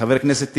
חבר הכנסת טיבי,